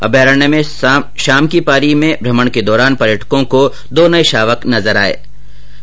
अभ्यारण्य में शाम कीपारी में भ्रमण के दौरान पर्यटकों को दो नये शावक नजर आये है